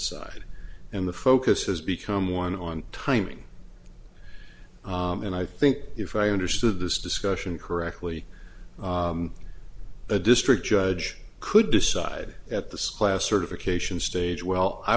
side and the focus has become one on timing and i think if i understood this discussion correctly a district judge could decide at the school of certification stage